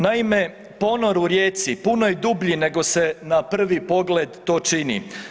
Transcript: Naime, ponor u Rijeci puno je dublji nego se na prvi pogled to čini.